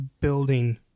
building